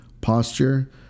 posture